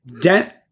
Dent